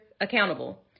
accountable